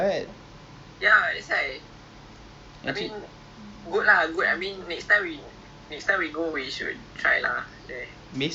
ya besok lah I I okay juga kalau esok besok I think besok confirm tak ramai orang eh kalau pergi lunch lagi confirm kosong habis